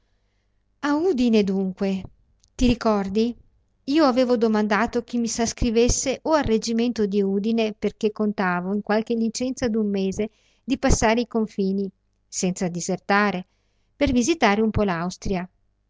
a udine dunque ti ricordi io avevo domandato che mi s'ascrivesse o al reggimento di udine perché contavo in qualche licenza d'un mese di passare i confini senza disertare per visitare un po